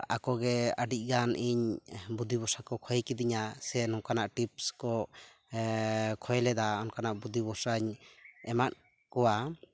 ᱟᱠᱚᱜᱮ ᱟᱹᱰᱤᱜᱟᱱ ᱤᱧ ᱵᱩᱫᱽᱫᱷᱤ ᱵᱷᱚᱨᱥᱟ ᱠᱚ ᱠᱷᱚᱭ ᱠᱤᱫᱤᱧᱟ ᱥᱮ ᱱᱚᱠᱟᱱᱟᱜ ᱴᱤᱯᱥ ᱠᱚ ᱠᱷᱚᱭ ᱞᱮᱫᱟ ᱚᱱᱠᱟᱱᱟᱜ ᱵᱩᱫᱽᱫᱷᱤ ᱵᱷᱚᱨᱥᱟᱧ ᱮᱢᱟᱫ ᱠᱚᱣᱟ